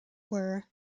were